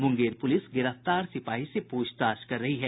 Munger police गिरफ्तार सिपाही से पूछताछ कर रही है